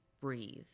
breathe